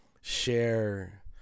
share